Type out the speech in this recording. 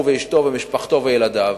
הוא, אשתו, משפחתו וילדיו,